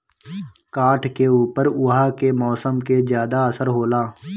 काठ के ऊपर उहाँ के मौसम के ज्यादा असर होला